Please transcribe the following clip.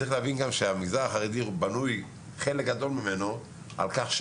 צריך להבין שחלק גדול מהמגזר החרדי בנוי על זה שההורים